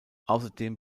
außerdem